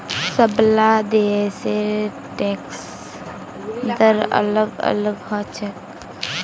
सबला देशेर टैक्स दर अलग अलग ह छेक